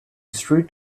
street